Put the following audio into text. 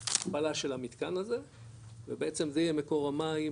התפלה של המתקן הזה ובעצם, זה יהיה מקור המים,